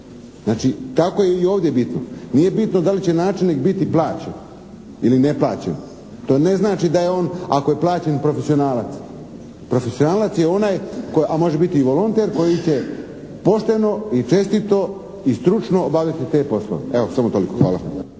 Znači tako je i ovdje bitno. Nije bitno da li će načelnik biti plaćen ili neplaćen. To ne znači da je on ako je plaćen profesionalac. Profesionalac je onaj, a može biti i volonter koji će pošteno i čestito i stručno obavljati te poslove. Evo samo toliko. Hvala.